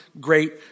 great